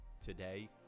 today